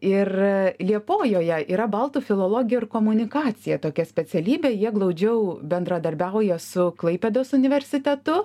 ir liepojoje yra baltų filologija ir komunikacija tokia specialybė jie glaudžiau bendradarbiauja su klaipėdos universitetu